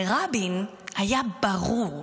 לרבין היה ברור,